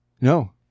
No